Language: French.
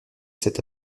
cet